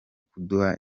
kuduha